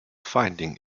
finding